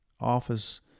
office